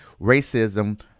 racism